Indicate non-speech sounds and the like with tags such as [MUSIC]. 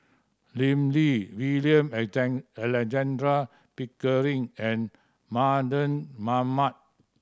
Lim Lee William [UNINTELLIGIBLE] Alexander Pickering and Mardan Mamat